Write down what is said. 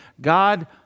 God